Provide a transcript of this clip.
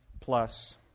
plus